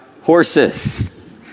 horses